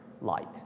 light